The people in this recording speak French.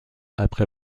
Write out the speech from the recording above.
après